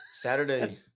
Saturday